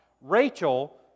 Rachel